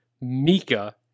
mika